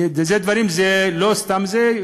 זה לא סתם דברים,